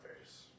face